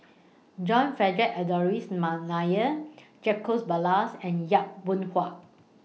John Frederick Adolphus Mcnair Jacobs Ballas and Yap Boon Hua